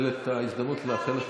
בעד, 46 חברי